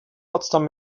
potsdam